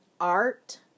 art